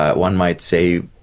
ah one might say,